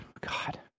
God